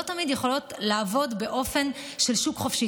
תמיד יכולות לעבוד באופן של שוק חופשי.